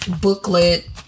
booklet